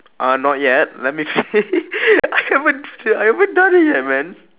uh not yet let me fi~ I haven't I haven't done yet man